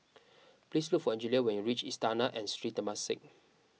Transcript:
please look for Angelia when you reach Istana at Sri Temasek